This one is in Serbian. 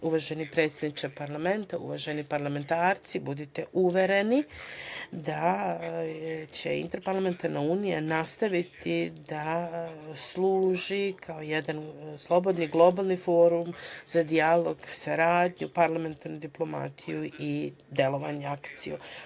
Uvaženi predsedniče parlamenta, uvaženi parlamentarci, budite uvereni da će Interparlamentarna unija nastaviti da služi kao jedan slobodan globalni forum za dijalog, saradnju, parlamentarnu diplomatiju i delovanje – akciju.